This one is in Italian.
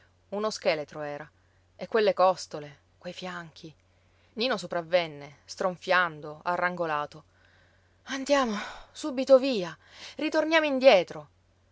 uno scheletro era e quelle costole quei fianchi nino sopravvenne stronfiando arrangolato andiamo subito via ritorniamo indietro